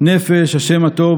נפש השם הטוב,